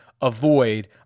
avoid